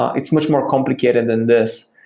ah it's much more complicated than this.